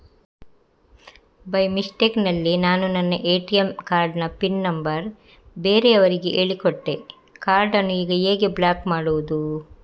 By mistake ನಲ್ಲಿ ನಾನು ನನ್ನ ಎ.ಟಿ.ಎಂ ಕಾರ್ಡ್ ನ ಪಿನ್ ನಂಬರ್ ಬೇರೆಯವರಿಗೆ ಹೇಳಿಕೊಟ್ಟೆ ಕಾರ್ಡನ್ನು ಈಗ ಹೇಗೆ ಬ್ಲಾಕ್ ಮಾಡುವುದು?